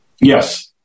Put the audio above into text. Yes